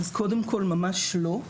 אז קודם כל, ממש לא.